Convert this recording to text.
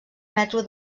metro